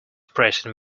pressing